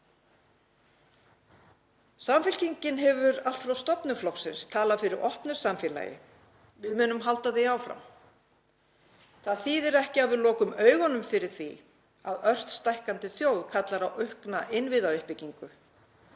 Samfylkingin hefur allt frá stofnun flokksins talað fyrir opnu samfélagi. Við munum halda því áfram. Það þýðir ekki að við lokum augunum fyrir því að ört stækkandi þjóð kallar á aukna innviðauppbyggingu.